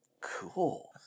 cool